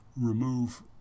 remove